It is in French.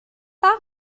part